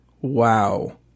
Wow